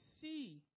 see